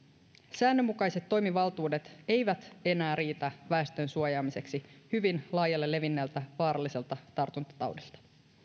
säännönmukaiset toimivaltuudet eivät enää riitä väestön suojaamiseksi hyvin laajalle levinneeltä vaaralliselta tartuntataudilta